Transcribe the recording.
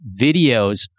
videos